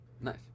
Nice